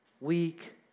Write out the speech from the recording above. weak